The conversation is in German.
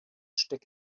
steckt